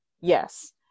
yes